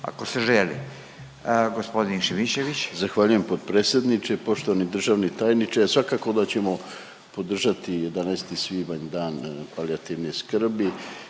**Šimičević, Rade (HDZ)** Zahvaljujem potpredsjedniče. Poštovani državni tajniče svakako da ćemo podržati 11. svibanj Dan palijativne skrbi